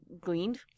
gleaned